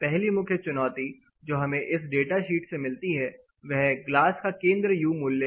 पहली मुख्य चुनौती जो हमें इस डाटा शीट से मिलती है वह ग्लास के केंद्र का यू मूल्य है